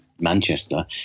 Manchester